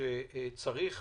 שצריך